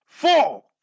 Four